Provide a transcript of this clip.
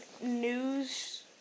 news